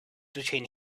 between